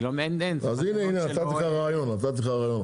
אין --- אז הנה נתתי לך רעיון עכשיו.